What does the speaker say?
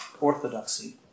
orthodoxy